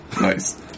Nice